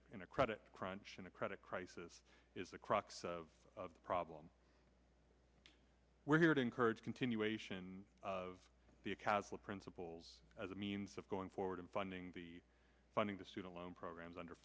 a in a credit crunch in a credit crisis is the crux of the problem we're here to encourage continuation of the castle principles as a means of going forward and funding the funding to student loan programs under